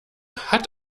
hat